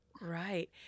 Right